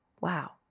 wow